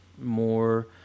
more